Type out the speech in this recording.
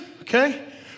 okay